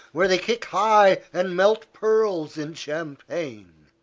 where they kick high and melt pearls in champagne.